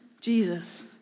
Jesus